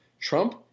Trump